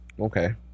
okay